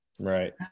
Right